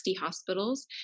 hospitals